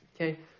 Okay